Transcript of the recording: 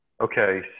Okay